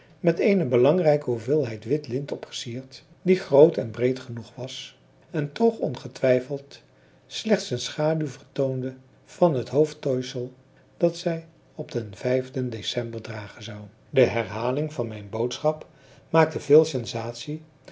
met eene belangrijke hoeveelheid wit lint opgesierd die groot en breed genoeg was en toch ongetwijfeld slechts een schaduw vertoonde van het hoofdtooisel dat zij op den vijfden december dragen zou de herhaling van mijn boodschap maakte veel sensatie